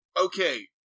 okay